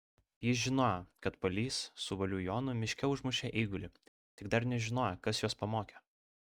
jis žinojo kad palys su valių jonu miške užmušė eigulį tik dar nežinojo kas juos pamokė